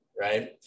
right